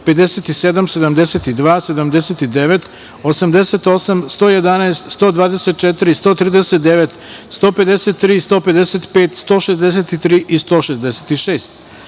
57, 72, 79, 88, 111, 124, 139, 153, 155, 163.